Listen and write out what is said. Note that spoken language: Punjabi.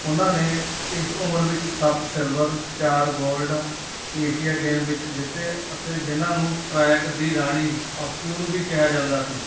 ਉਹਨਾਂ ਨੇ ਇਸ ਉਮਰ ਵਿੱਚ ਸੱਤ ਸਿਲਵਰ ਚਾਰ ਗੋਲਡ ਏਸ਼ੀਆ ਗੇਮ ਵਿੱਚ ਜਿੱਤੇ ਅਤੇ ਜਿਨ੍ਹਾਂ ਨੂੰ ਟਰੈਕ ਦੀ ਰਾਣੀ ਔਫ ਕਿਊਨ ਵੀ ਕਿਹਾ ਜਾਂਦਾ ਸੀ